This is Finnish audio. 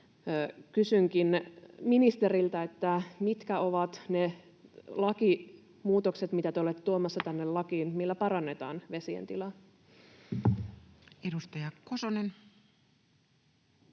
Kysynkin ministeriltä: mitkä ovat ne lakimuutokset, mitä te olette tuomassa tänne lakiin, millä parannetaan vesien tila? Edustaja Kosonen.